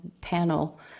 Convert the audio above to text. panel